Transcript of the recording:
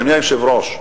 אדוני היושב-ראש,